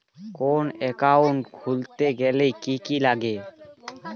কোন একাউন্ট খুলতে গেলে কি কি লাগে?